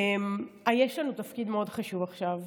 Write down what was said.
יש לנו תפקיד מאוד חשוב עכשיו,